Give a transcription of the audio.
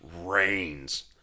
rains